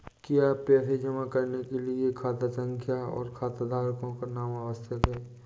क्या पैसा जमा करने के लिए खाता संख्या और खाताधारकों का नाम आवश्यक है?